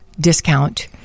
discount